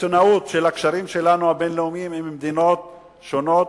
בסיטונות של הקשרים הבין-לאומיים שלנו עם מדינות שונות,